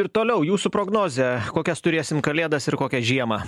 ir toliau jūsų prognozė kokias turėsim kalėdas ir kokią žiemą